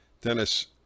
Dennis